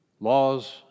Laws